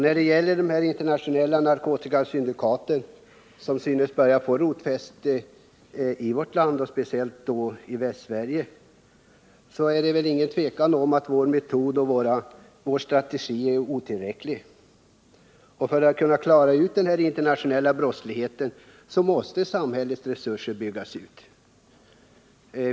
När det gäller de internationella narkotikasyndikaten, som synes börja få fotfäste i vårt land, speciellt i Västsverige, är det inget tvivel om att vår metod och vår strategi är otillräckliga. För att vi skall kunna klara av att bekämpa den internationella brottsligheten måste samhällets resurser byggas ut.